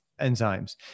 enzymes